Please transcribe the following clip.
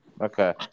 okay